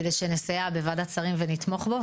כדי שנסייע בוועדת שרים ונתמוך בו.